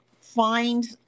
find